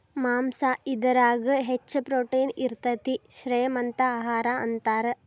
ಮಾಂಸಾ ಇದರಾಗ ಹೆಚ್ಚ ಪ್ರೋಟೇನ್ ಇರತತಿ, ಶ್ರೇ ಮಂತ ಆಹಾರಾ ಅಂತಾರ